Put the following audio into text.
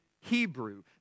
Hebrew